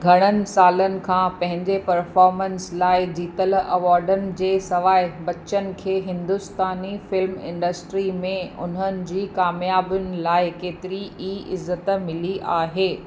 घणनि सालनि खां पंहिंजे परफॉर्मेंस लाइ जीतल अवार्डनि जे सवाइ बच्चन खे हिंदुस्तानी फ़िल्म इंडस्ट्री में उन्हनि जी कामियाबियुनि लाइ केतरी ई इज़त मिली आहे